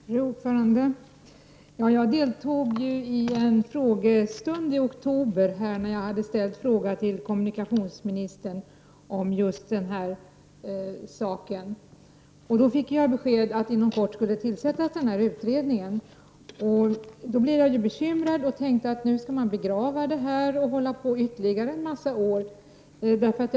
Fru talman! Jag deltog i en frågestund i oktober med kommunikationsministern angående just detta ärende. Jag fick då besked att det inom kort skulle tillsättas en utredning. Jag blev då bekymrad och tänkte att denna fråga skulle begravas och att det skulle ta ytterligare en hel del år.